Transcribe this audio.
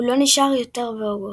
הוא לא נשאר יותר בהוגוורטס.